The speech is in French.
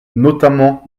notamment